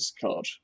card